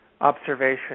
observation